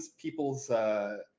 people's